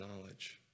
knowledge